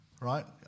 right